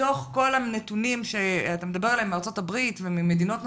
מתוך כל הנתונים שאתה מדבר עליהם מארצות הברית וממדינות נוספות,